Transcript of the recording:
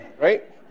right